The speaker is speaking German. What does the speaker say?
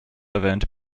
erwähnte